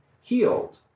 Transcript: healed